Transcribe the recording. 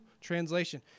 Translation